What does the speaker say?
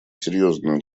серьезную